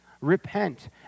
Repent